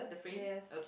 yes